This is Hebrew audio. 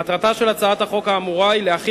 מטרתה של הצעת החוק האמורה היא להחיל